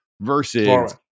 versus